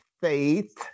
faith